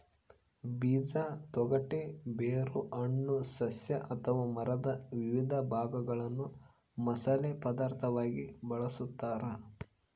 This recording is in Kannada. ಬೀಜ ತೊಗಟೆ ಬೇರು ಹಣ್ಣು ಸಸ್ಯ ಅಥವಾ ಮರದ ವಿವಿಧ ಭಾಗಗಳನ್ನು ಮಸಾಲೆ ಪದಾರ್ಥವಾಗಿ ಬಳಸತಾರ